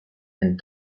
and